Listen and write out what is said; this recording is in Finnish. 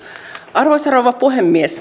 arvoisa rouva puhemies